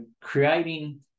creating